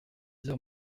dire